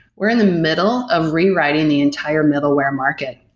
we're in the middle of rewriting the entire middleware market.